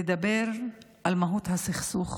לדבר על מהות הסכסוך